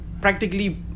practically